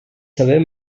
saber